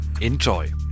Enjoy